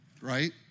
right